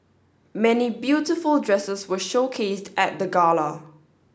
many beautiful dresses were showcased at the gala